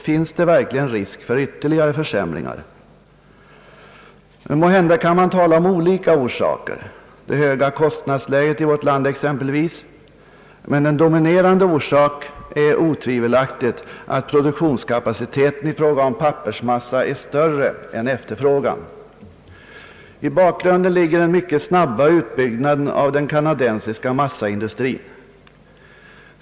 Finns det verkligen risk för ytterligare försämringar? Måhända kan man tala om olika orsaker — det höga kostnadsläget i vårt land exempelvis — men en dominerande orsak är otvivelaktigt att produktionskapaciteten i fråga om pappersmassa är större än efterfrågan. I bakgrunden ligger den mycket snabba utbyggnaden av den kanadensiska massaindustrin.